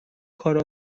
کار